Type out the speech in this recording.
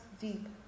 deep